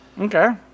Okay